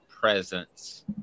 presence